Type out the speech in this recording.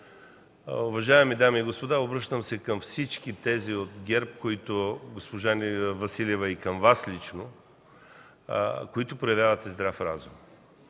Уважаеми дами и господа, обръщам се към всички тези от ГЕРБ, госпожо Василева, и към Вас лично, които проявявате здрав разум.